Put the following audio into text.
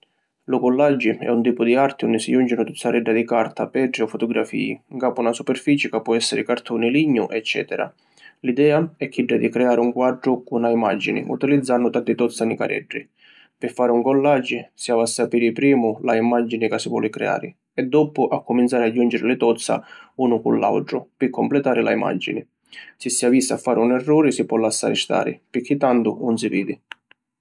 Lu Collage è un tipu di arti unni si juncinu tuzzaredda di carta, petri o fotografî ncapu na superfici ca pò essiri cartuni, lignu eccetera. L’idea è chidda di creari un quatru cu na imagini, utilizzannu tanti tozza nicareddi. Pi fari un Collage si havi a sapiri primu la imagini ca si voli creari e doppu accuminzari a junciri li tozza unu cu l’autru pi completari la imagini. Si si avissi a fari un erruri si pò lassari stari pirchì tantu 'un si vidi.